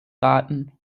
raten